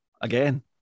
again